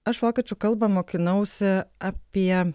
aš vokiečių kalbą mokinausi apie